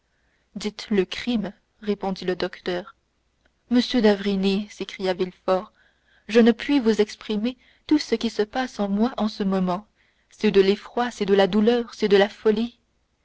dites le crime répondit le docteur monsieur d'avrigny s'écria villefort je ne puis vous exprimer tout ce qui se passe en moi en ce moment c'est de l'effroi c'est de la douleur c'est de la folie